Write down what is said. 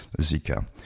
Zika